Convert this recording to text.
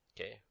Okay